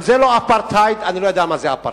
אם זה לא אפרטהייד, אני לא יודע מה זה אפרטהייד.